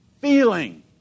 feeling